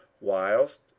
whilst